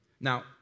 Now